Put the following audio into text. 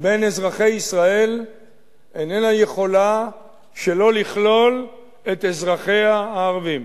בין אזרחי ישראל איננה יכולה שלא לכלול את אזרחיה הערבים.